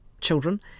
children